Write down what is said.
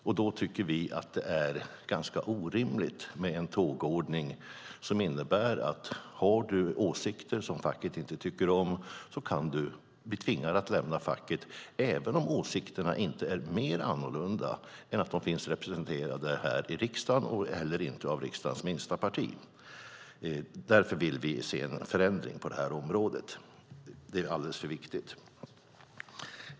Därför tycker vi att det är ganska orimligt med en tågordning som innebär att man kan bli tvingad att lämna facket om man har åsikter som facket inte tycker om, även om åsikterna inte är mer annorlunda än att de finns representerade här i riksdagen - och inte heller av riksdagens minsta parti. Därför vill vi se en förändring på detta område. Det är alldeles för viktigt.